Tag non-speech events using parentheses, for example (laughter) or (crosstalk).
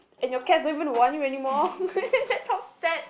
and your cats don't even want you anymore (laughs) that's how sad